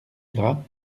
gras